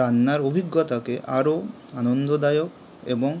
রান্নার অভিজ্ঞতাকে আরো আনন্দদায়ক এবং